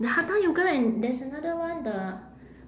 the hatha yoga and there's another one the